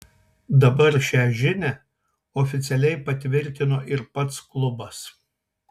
dabar šią žinią oficialiai patvirtino ir pats klubas